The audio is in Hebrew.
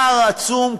הפער העצום,